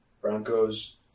Broncos